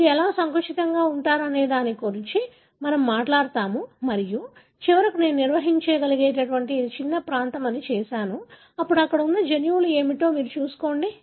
మీరు ఎలా సంకుచితంగా ఉంటారనే దాని గురించి మనము మాట్లాడుతాము మరియు చివరకు మీరు నేను నిర్వచించగలిగే అతి చిన్న ప్రాంతం అని చేశాను అప్పుడు అక్కడ ఉన్న జన్యువులు ఏమిటో మీరు చూసుకోండి